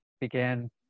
began